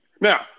Now